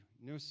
no